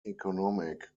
economic